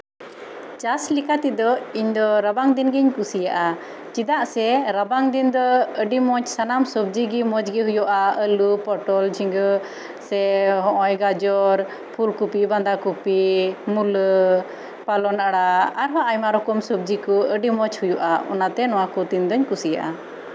ᱪᱟᱥ ᱞᱮᱠᱟ ᱛᱮᱫᱚ ᱤᱧ ᱫᱚ ᱨᱟᱵᱟᱝ ᱫᱤᱱ ᱜᱤᱧ ᱠᱩᱥᱤᱭᱟᱜᱼᱟ ᱪᱮᱫᱟᱜ ᱥᱮ ᱨᱟᱵᱟᱝ ᱫᱤᱱ ᱫᱚ ᱟᱹᱰᱤ ᱢᱚᱸᱡ ᱥᱟᱱᱟᱢ ᱥᱚᱵᱡᱤ ᱜᱮ ᱢᱚᱸᱡ ᱜᱮ ᱦᱩᱭᱩᱜᱼᱟ ᱟᱹᱞᱩ ᱯᱚᱴᱚᱞ ᱡᱷᱤᱝᱜᱟᱹ ᱥᱮ ᱱᱚᱜ ᱚᱭ ᱜᱟᱡᱚᱨ ᱯᱷᱩᱞ ᱠᱚᱯᱤ ᱵᱟᱸᱫᱟ ᱠᱚᱯᱤ ᱢᱩᱞᱟᱹ ᱯᱟᱞᱚᱱ ᱟᱲᱟᱜ ᱟᱨᱚ ᱟᱭᱢᱟ ᱨᱚᱠᱚᱢ ᱥᱚᱵᱡᱤ ᱠᱚ ᱟᱹᱰᱤ ᱢᱚᱸᱡ ᱦᱩᱭᱩᱜᱼᱟ ᱚᱱᱟᱛᱮ ᱱᱚᱣᱟ ᱠᱚ ᱫᱤᱱ ᱫᱚᱧ ᱠᱩᱥᱤᱭᱟᱜᱼᱟ